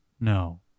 no